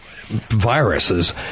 viruses